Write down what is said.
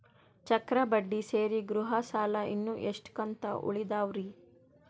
ಚಕ್ರ ಬಡ್ಡಿ ಸೇರಿ ಗೃಹ ಸಾಲ ಇನ್ನು ಎಷ್ಟ ಕಂತ ಉಳಿದಾವರಿ?